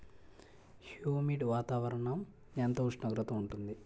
Humid వాతావరణం ఎంత ఉష్ణోగ్రత ఉంటుంది?